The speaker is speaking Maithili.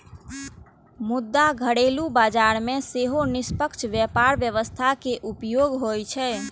मुदा घरेलू बाजार मे सेहो निष्पक्ष व्यापार व्यवस्था के उपयोग होइ छै